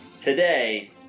today